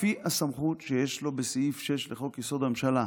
לפי הסמכות שיש לו בסעיף 6 לחוק-יסוד: הממשלה,